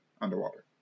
underwater